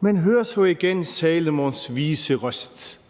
Man hører så igen Salomons vise røst.